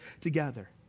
together